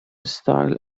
style